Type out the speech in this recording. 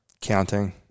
Counting